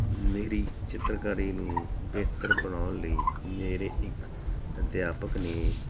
ਮੇਰੀ ਚਿੱਤਰਕਾਰੀ ਨੂੰ ਬਿਹਤਰ ਬਣਾਉਣ ਲਈ ਮੇਰੇ ਇੱਕ ਅਧਿਆਪਕ ਨੇ